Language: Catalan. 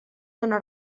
dóna